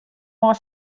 mei